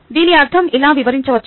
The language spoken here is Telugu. దీని అర్థం ఇలా వివరించవచ్చు